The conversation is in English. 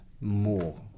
more